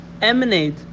emanate